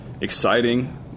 exciting